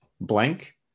blank